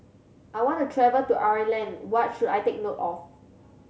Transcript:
I want to travel to Ireland what should I take note of